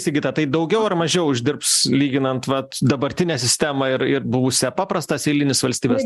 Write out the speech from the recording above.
sigita tai daugiau ar mažiau uždirbs lyginant vat dabartinę sistemą ir ir buvusią paprastas eilinis valstybės